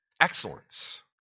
excellence